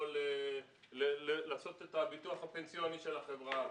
יכול לעשות את הביטוח הפנסיוני של החברה,